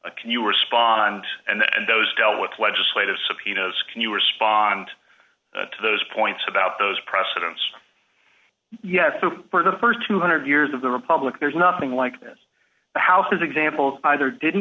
pryor can you respond and those dealt with legislative subpoenas can you respond to those points about those precedents yes so for the st two hundred years of the republic there's nothing like this house's example either didn't